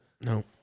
No